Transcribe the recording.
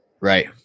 Right